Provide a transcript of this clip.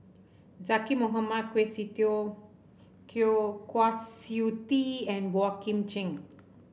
Zaqy Mohamad Kwa Siew Kwa Siew Tee and Boey Kim Cheng